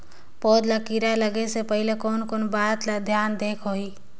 पौध ला कीरा लगे से पहले कोन कोन बात ला धियान देहेक होही?